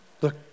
Look